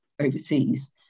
overseas